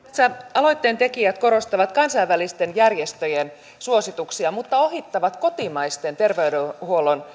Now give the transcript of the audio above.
aloitteen tekijät korostavat kansainvälisten järjestöjen suosituksia mutta ohittavat kotimaisten terveydenhuollon